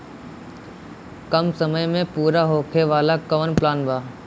कम समय में पूरा होखे वाला कवन प्लान बा?